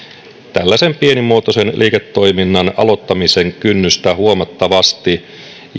tällaisen pienimuotoisen liiketoiminnan aloittamisen kynnystä huomattavasti